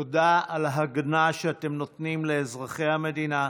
תודה על ההגנה שאתם נותנים לאזרחי המדינה,